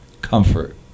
Comfort